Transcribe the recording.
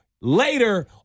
later